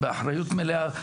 באחריות מלאה,